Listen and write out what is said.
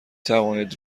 توانید